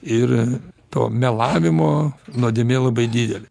ir to melavimo nuodėmė labai didelė